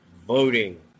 voting